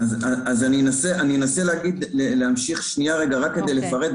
אז אני מנסה להמשיך שנייה, רק כדי לפרט.